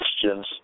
questions